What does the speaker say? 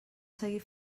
seguir